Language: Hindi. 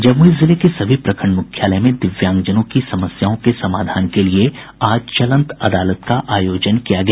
जमूई जिले के सभी प्रखंड मुख्यालयों में दिव्यांगजनों की समस्याओं के समाधान के लिए आज चलंत अदालत का आयोजन किया गया